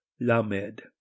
lamed